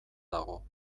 dago